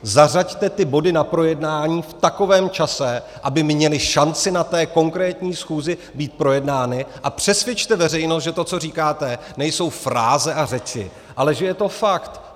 Zařaďte ty body na projednání v takovém čase, aby měly šanci na té konkrétní schůzi být projednány, a přesvědčte veřejnost, že to, co říkáte, nejsou fráze a řeči, ale že je to fakt.